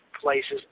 places